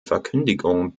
verkündigung